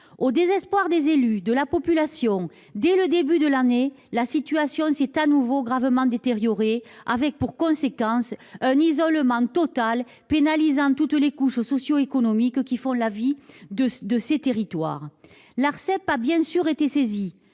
Au désespoir des élus, de la population, dès le début de l'année, la situation s'est de nouveau gravement détériorée, avec pour conséquence un isolement total pénalisant toutes les couches socio-économiques qui font la vie de ces territoires. L'Arcep a bien sûr été saisie.